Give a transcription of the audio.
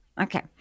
Okay